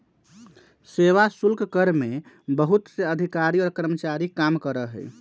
सेवा शुल्क कर में बहुत से अधिकारी और कर्मचारी काम करा हई